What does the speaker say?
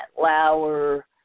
Lauer